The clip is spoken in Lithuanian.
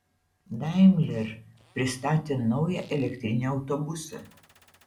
daimler pristatė naują elektrinį autobusą